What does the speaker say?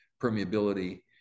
permeability